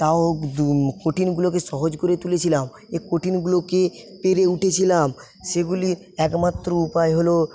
তাও কঠিনগুলোকে সহজ করে তুলেছিলাম এই কঠিনগুলোকে পেরে উঠেছিলাম সেগুলি একমাত্র উপায় হল